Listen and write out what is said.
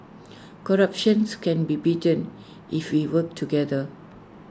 corruptions can be beaten if we work together